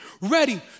Ready